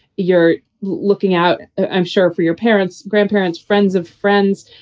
you're looking out, i'm sure, for your parents, grandparents, friends of friends.